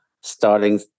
starting